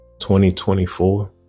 2024